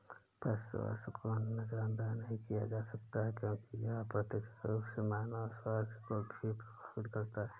पशु स्वास्थ्य को नजरअंदाज नहीं किया जा सकता क्योंकि यह अप्रत्यक्ष रूप से मानव स्वास्थ्य को भी प्रभावित करता है